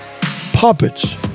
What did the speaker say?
puppets